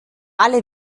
alle